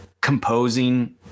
composing